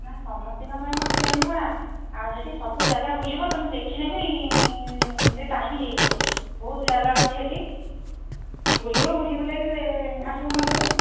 ସମସସ୍ତଙ୍କ ପାଇଁ ମୋର ସେମ୍ ଭଡ଼ା ଆଉ ଯଦି ସବୁଯାଗା ବୁଲିବ ତୁମେ ଦେଖିଲେ ବି ସେ ଟାଇମ୍ ହେଇଯିବ ବହୁତ ଜାଗା ଅଛି ସେଠି ବୁଲିବ ବୁଲି ବୁଲାଇକି ଆସିବ ସଞ୍ଜବେଳକୁ